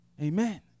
Amen